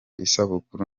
isabukuru